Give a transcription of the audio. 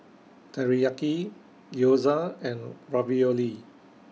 Teriyaki Gyoza and Ravioli